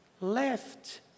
left